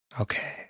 Okay